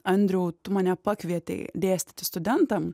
andriau tu mane pakvietei dėstyti studentam